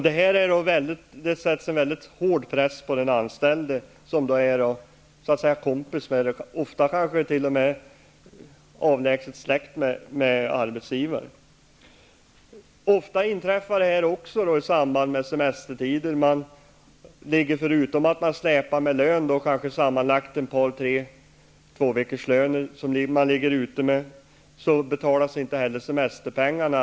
Det blir en väldigt hård press på den anställde, som kanske är kompis till, och ofta kanske t.o.m. avlägset släkt med, arbetsgivaren. Ofta inträffar sådant här i samband med semestertider. Förutom att det är en eftersläpning i lönehänseende -- det kan vara två tre veckors lön som man ligger ute med -- betalas inte heller semesterpengar in.